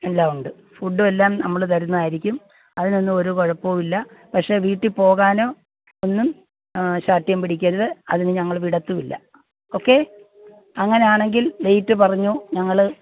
എല്ലാം ഉണ്ട് ഫുഡ് എല്ലാം നമ്മൾ തരുന്നതായിരിക്കും അതിനൊന്നും ഒരു കുഴപ്പമില്ല പക്ഷേ വീട്ടിൽ പോകാനോ ഒന്നും ശാഢ്യം പിടിക്കരുത് അതിന് ഞങ്ങൾ വിടത്തുല്ല ഓക്കെ അങ്ങനെ ആണെങ്കിൽ ഡേയ്റ്റ് പറഞ്ഞോളൂ ഞങ്ങൾ